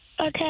Okay